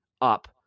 up